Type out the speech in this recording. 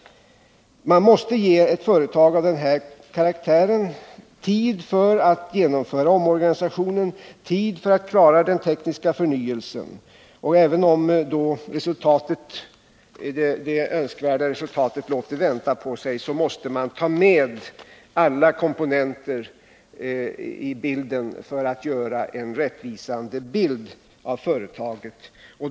Man måste ge ett företag av denna karaktär tid för att genomföra omorganisationen, tid för att klara den tekniska förnyelsen. Och även om det önskvärda resultatet låter vänta på sig måste man ta med alla komponenter i bilden för att göra en rättvisande bild av företaget.